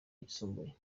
yisumbuye